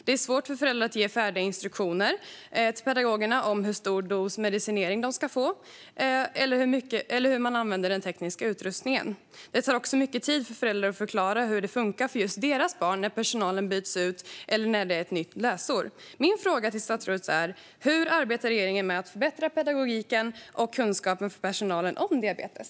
Det är svårt för föräldrar att ge färdiga instruktioner till pedagoger om hur stor dos medicin barnen ska ha eller hur den tekniska utrustningen används. Det tar också mycket tid för föräldrar att förklara hur det funkar för just deras barn när personalen byts ut eller när det är ett nytt läsår. Hur arbetar regeringen med att förbättra pedagogiken och kunskapen hos personalen om diabetes?